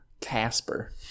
Casper